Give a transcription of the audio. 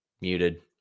Muted